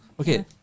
Okay